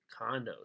condos